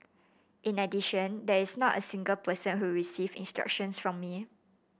in addition there is not a single person who received instructions from me